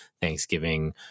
Thanksgiving